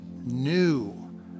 new